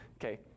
okay